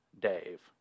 Dave